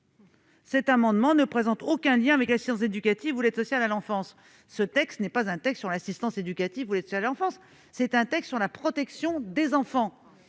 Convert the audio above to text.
cet amendement ne présente aucun lien avec l'assistance éducative ou l'aide sociale à l'enfance ». Or ce texte porte non pas sur l'assistance éducative ou l'aide sociale à l'enfance, mais sur la protection des enfants